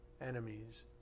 enemies